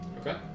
Okay